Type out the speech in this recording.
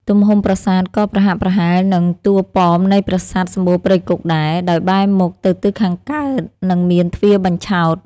ទំហំប្រាសាទក៏ប្រហាក់ប្រហែលនឹងតួប៉មនៃប្រាសាទសម្បូរព្រៃគុកដែរ ដោយបែរមុខទៅទិសខាងកើត និងមានទ្វារបញ្ឆោត។